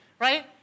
right